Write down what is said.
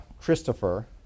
Christopher